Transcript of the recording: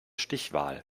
stichwahl